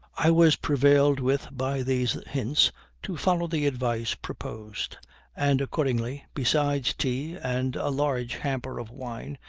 i was prevailed with by these hints to follow the advice proposed and accordingly, besides tea and a large hamper of wine,